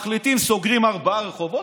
מחליטים שסוגרים ארבעה רחובות,